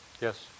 Yes